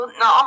no